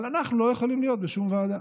אבל אנחנו לא יכולים להיות בשום ועדה,